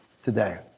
today